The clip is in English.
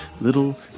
Little